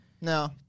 No